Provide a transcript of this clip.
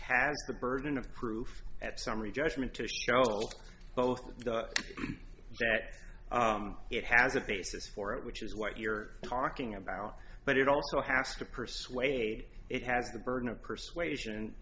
has the burden of proof at summary judgment to both that it has a basis for it which is what you're talking about but it also has to persuade it has the burden of persuasion